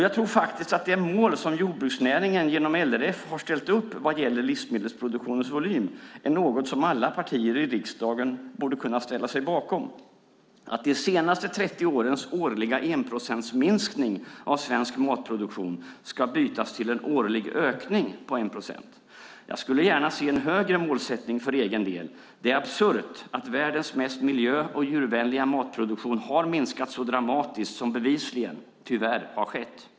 Jag tror faktiskt att det mål som jordbruksnäringen genom LRF har satt upp vad gäller livsmedelsproduktionens volym är något som alla partier i riksdagen borde kunna ställa sig bakom: att de senaste 30 årens årliga enprocentsminskning av svensk matproduktion ska bytas till en årlig ökning på 1 procent. Jag skulle för egen del gärna se högre mål. Det är absurt att världens mest miljö och djurvänliga matproduktion har minskat så dramatiskt som bevisligen, tyvärr, har skett.